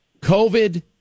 COVID